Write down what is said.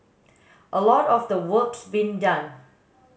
a lot of the work's been done